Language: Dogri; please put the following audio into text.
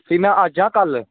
फिर में अज्ज आवां जां कल्ल